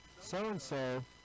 so-and-so